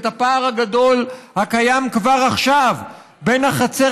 את הפער הגדול הקיים כבר עכשיו בין החצר